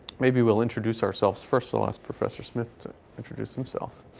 maybe we'll introduce ourselves first. i'll ask professor smith to introduce himself,